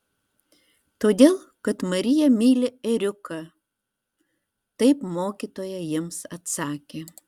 todėl kad marija myli ėriuką taip mokytoja jiems atsakė